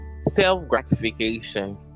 Self-gratification